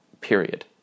period